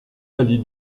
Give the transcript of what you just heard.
allie